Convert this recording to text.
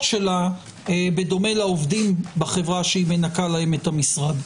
שלה בדומה לעובדים בחברה שהיא מנקה להם את המשרד.